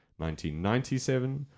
1997